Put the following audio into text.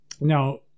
Now